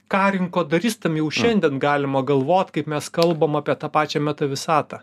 ką rinkodaristam jau šiandien galima galvot kaip mes kalbam apie tą pačią meta visatą